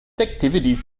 activities